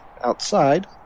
outside